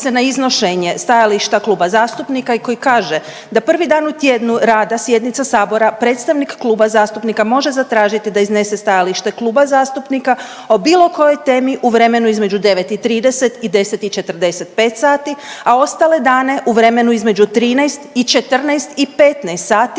na iznošenje stajališta kluba zastupnika i koji kaže da prvi dan u tjednu rada sjednica sabora, predstavnik kluba zastupnika može zatražiti da iznesene stajalište kluba zastupnika o bilo kojoj temi u vremenu između 9 i 30 i 10 i 45 sati, a ostale dane u vremenu između 13 i 14 i 15 sati,